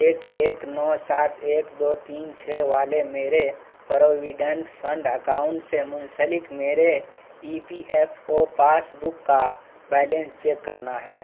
ایک ایک نو سات ایک دو تین چھ والے میرے پروویڈنٹ فنڈ اکاؤنٹ سے منسلک میرے E P F O passbook کا بیلنس چیک کرنا ہے